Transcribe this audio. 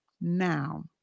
Now